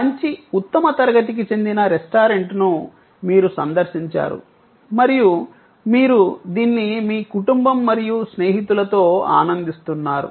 మంచి ఉత్తమ తరగతికి చెందిన రెస్టారెంట్ను మీరు సందర్శించారు మరియు మీరు దీన్ని మీ కుటుంబం మరియు స్నేహితులతో ఆనందిస్తున్నారు